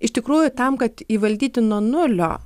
iš tikrųjų tam kad įvaldyti nuo nulio